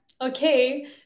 okay